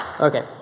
Okay